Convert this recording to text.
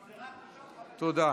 תודה.